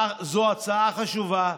זו הצעה חשובה,